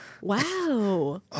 wow